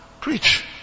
preach